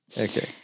Okay